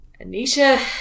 Anisha